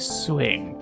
swing